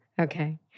Okay